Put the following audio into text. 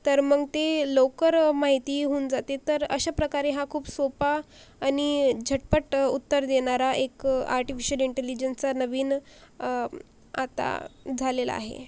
तर मग ते लवकर माहिती होऊन जाते तर अशा प्रकारे हा खूप सोपा आणि झटपट उत्तर देणारा एक आर्टिफिशल इंटेलिजनचा नवीन आता झालेला आहे